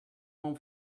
home